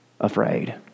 afraid